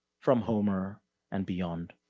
from homer and beyond.